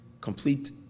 complete